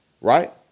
Right